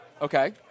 Okay